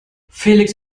felix